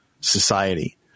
society